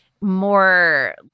more